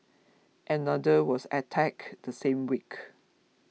another was attacked the same week